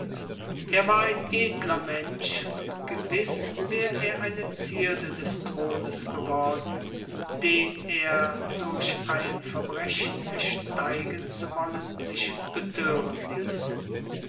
er war ein edler mensch und gewiß wär er eine zierde des thrones geworden den er durch ein verbrechen ersteigen zu wollen sich betören ließ